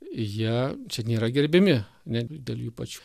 jie čia nėra gerbiami ne dėl jų pačių